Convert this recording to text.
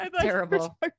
terrible